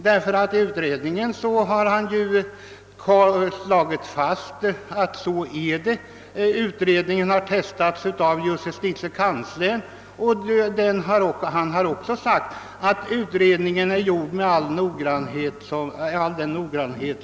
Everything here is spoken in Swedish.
Där har han slagit fast vissa förhållanden, och den utredningen har sedan testats av jusetitiekanslern, som förklarat att utredningen är gjord med all den noggrannhet man kan fordra.